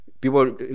people